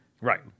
Right